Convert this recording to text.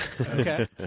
Okay